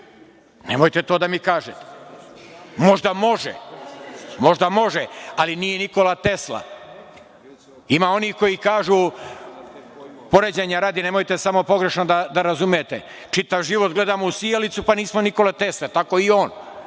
Nemojte to da mi kažete. Možda može, ali nije Nikola Tesla. Ima onih koji kažu, poređenja radi, nemojte samo pogrešno da razumete, čitav život gledamo u sijalicu pa nismo Nikola Tesla, tako i on.